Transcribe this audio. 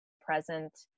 present